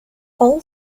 all